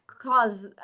cause